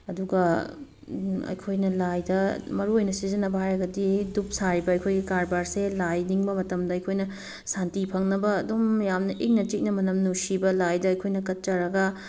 ꯑꯗꯨꯒ ꯑꯩꯈꯣꯏꯅ ꯂꯥꯏꯗ ꯃꯔꯨ ꯑꯣꯏꯅ ꯁꯤꯖꯤꯟꯅꯕ ꯍꯥꯏꯔꯒꯗꯤ ꯗꯨꯞ ꯁꯥꯔꯤꯕ ꯑꯩꯈꯣꯏꯒꯤ ꯀꯔꯕꯥꯔꯁꯦ ꯂꯥꯏꯅꯤꯡꯕ ꯃꯇꯝꯗ ꯑꯩꯈꯣꯏꯅ ꯁꯥꯟꯇꯤ ꯐꯪꯅꯕ ꯑꯗꯨꯝ ꯌꯥꯝꯅ ꯏꯪꯅ ꯆꯤꯛꯅ ꯃꯅꯝ ꯅꯨꯡꯁꯤꯕ ꯂꯥꯏꯗ ꯑꯩꯈꯣꯏꯅ ꯀꯠꯆꯔꯒ